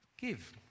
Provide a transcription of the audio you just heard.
Give